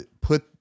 put